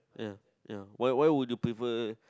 ya ya why why would you prefer